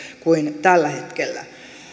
kuin tällä hetkellä